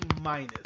minus